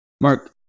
Mark